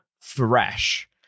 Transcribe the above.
fresh